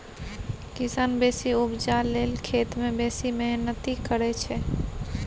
किसान बेसी उपजा लेल खेत मे बेसी मेहनति करय छै